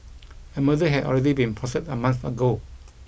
a murder had already been plotted a month ago